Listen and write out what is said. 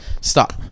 stop